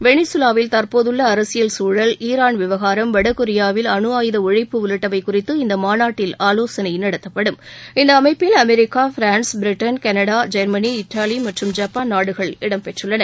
வெளிசுலாவில் தற்போதுள்ள அரசியல் சூழல் ஈரான் விவகாரம் வடகொரியாவில் அனுஆயுத ஒழிப்பு உள்ளிடவை குறித்து இந்த மாநாட்டில் ஆலோசனை நடத்தப்படும் இந்த அமைப்பில் அமெரிக்கா பிரான்ஸ் பிரிட்டன் களடா ஜெர்மனி இத்தாலி மற்றும் ஜப்பான் நாடுகள் இடம்பெற்றுள்ளன